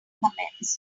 comments